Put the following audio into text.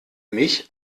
mich